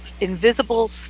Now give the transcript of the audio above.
invisible